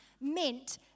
meant